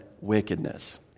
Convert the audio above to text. wickedness